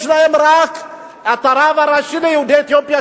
יש להם רק הרב הראשי ליהודי אתיופיה,